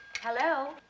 Hello